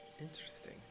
Interesting